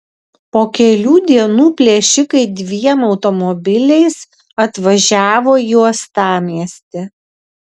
po kelių dienų plėšikai dviem automobiliais atvažiavo į uostamiestį